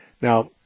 Now